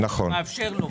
אז אני מאפשר לו,